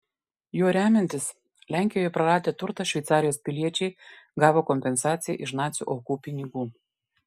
juo remiantis lenkijoje praradę turtą šveicarijos piliečiai gavo kompensaciją iš nacių aukų pinigų